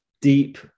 deep